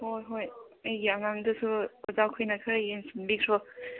ꯍꯣꯏ ꯍꯣꯏ ꯑꯩꯒꯤ ꯑꯉꯥꯡꯗꯨꯁꯨ ꯑꯣꯖꯥ ꯈꯣꯏꯅ ꯈꯔ ꯌꯦꯡꯁꯤꯟꯕꯤꯈ꯭ꯔꯣ